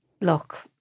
Look